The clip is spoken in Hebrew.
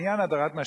בעניין הדרת נשים,